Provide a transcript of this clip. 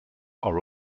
are